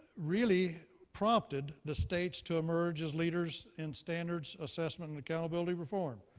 really prompted the states to emerge as leaders in standards, assessment and accountability reform.